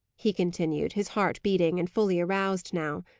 he continued, his heart beating, and fully aroused now.